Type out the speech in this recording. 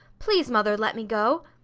please mother, let me go!